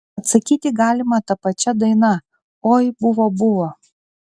atsakyti galima ta pačia daina oi buvo buvo